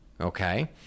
okay